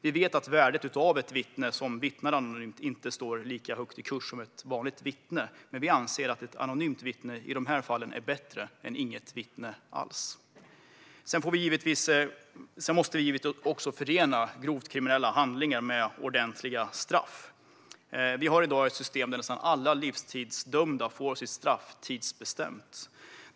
Vi vet att ett anonymt vittne inte har lika högt värde som ett vanligt vittne, men vi anser att ett anonymt vittne i de här fallen är bättre än inget vittne alls. Vi måste givetvis också förena grova kriminella handlingar med ordentliga straff. Vi har i dag ett system där nästan alla livstidsdömda får sitt straff tidsbestämt.